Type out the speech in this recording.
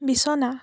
বিছনা